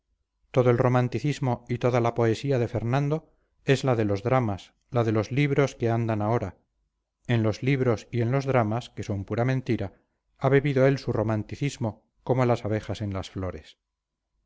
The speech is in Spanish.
todo el romanticismo y toda la poesía de fernando es la de los dramas la de los libros que andan ahora en los libros y en los dramas que son pura mentira ha bebido él su romanticismo como las abejas en las flores